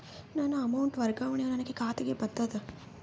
ನನ್ನ ಅಮೌಂಟ್ ವರ್ಗಾವಣೆಯು ನನ್ನ ಖಾತೆಗೆ ಬಂದದ